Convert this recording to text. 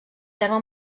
terme